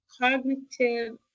cognitive